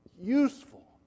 useful